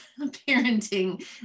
parenting